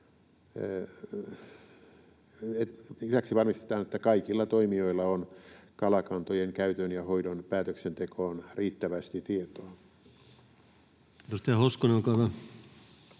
Lisäksi varmistetaan, että kaikilla toimijoilla on kalakantojen käytön ja hoidon päätöksentekoon riittävästi tietoa. Edustaja Hoskonen, olkaa hyvä.